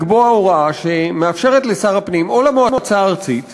לקבוע הוראה שמאפשרת לשר הפנים או למועצה הארצית לתת,